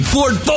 Ford